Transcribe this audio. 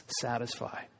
satisfy